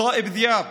סאיב דיאב